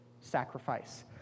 sacrifice